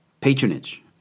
Patronage